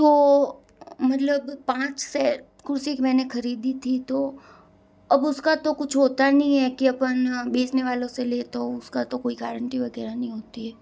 तो मतलब पाँच सेट कुर्सी मैंने खरीदी थी तो अब उसका तो कुछ होता नहीं है कि अपन बेचने वालों से लें तो उसका तो कोई गारंटी वगैरह नहीं होती है